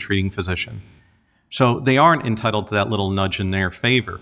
the treating physician so they aren't entitled to that little nudge in their favor